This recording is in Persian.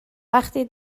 وقتی